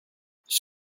this